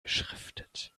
beschriftet